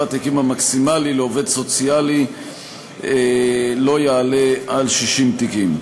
התיקים המקסימלי לעובד סוציאלי לא יעלה על 60 תיקים.